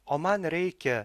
o man reikia